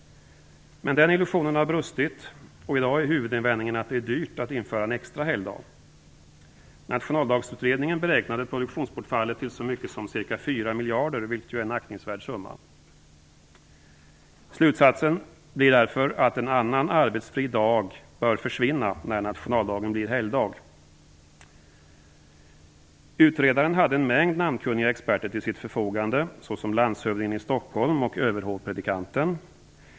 Men denna illusion har brustit, och i dag är huvudinvändningen att det är dyrt att införa en extra helgdag. Nationaldagsutredningen beräknade att produktionsbortfallet skulle bli så stort som ca 4 miljarder kronor, vilket ju är en aktningsvärd summa. Slutsatsen blir därför att en annan arbetsfri dag bör försvinna när nationaldagen blir helgdag. Utredaren hade en mängd namnkunniga experter till sitt förfogande, såsom landshövdingen i Stockholm och överhovpredikanten.